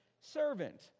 servant